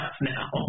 now